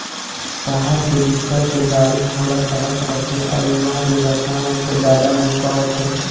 सहर के बिकट के गाड़ी घोड़ा चलत रथे अउ इहा दुरघटना होए के जादा मउका होथे